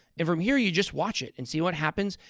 then from here, you just watch it and see what happens.